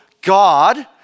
god